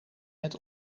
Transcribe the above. met